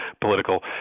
political